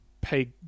pay